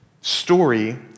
Story